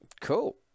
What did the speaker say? Cool